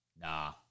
nah